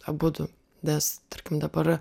abudu nes tarkim dabar